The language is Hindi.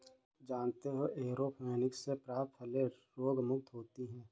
जानते हो एयरोपोनिक्स से प्राप्त फलें रोगमुक्त होती हैं